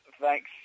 Thanks